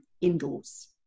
indoors